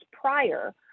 prior